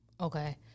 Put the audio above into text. Okay